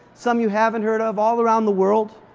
some you haven't heard of, all around the world.